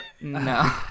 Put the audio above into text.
no